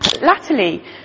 latterly